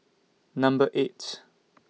Number eight